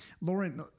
Lauren